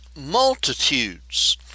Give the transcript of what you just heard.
multitudes